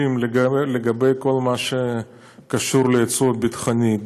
לגבי כל מה שקשור ליצוא הביטחוני.